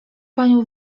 panią